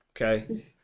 okay